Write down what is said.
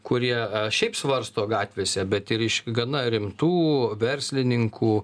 kurie šiaip svarsto gatvėse bet ir iš gana rimtų verslininkų